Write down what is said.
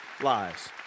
lives